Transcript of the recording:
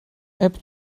app